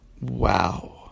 Wow